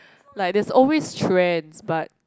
like there's always trends but